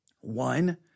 One